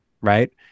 right